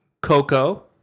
Coco